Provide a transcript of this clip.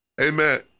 Amen